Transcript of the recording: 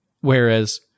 Whereas